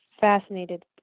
fascinated